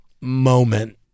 moment